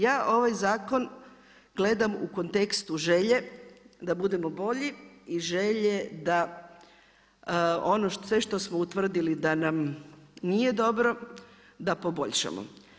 Ja ovaj zakon gledam u kontekstu želje, da budemo bolji i želje da ono sve što smo utvrdili da nam nije dobro, da poboljšamo.